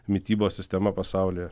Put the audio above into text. mitybos sistema pasaulyje